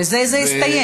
בזה זה יסתיים.